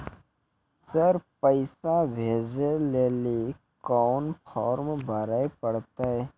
Sir पैसा भेजै लेली कोन फॉर्म भरे परतै?